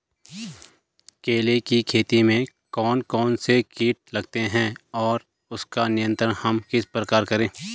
केले की खेती में कौन कौन से कीट लगते हैं और उसका नियंत्रण हम किस प्रकार करें?